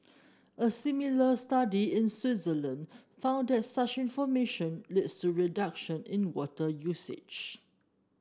a similar study in Switzerland found that such information leads to reduction in water usage